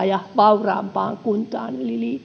ja vauraampaan kuntaan